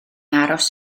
aros